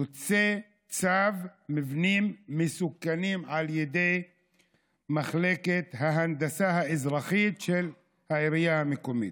יוצא צו מבנים מסוכנים על ידי מחלקת ההנדסה האזרחית של העירייה המקומית.